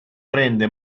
prende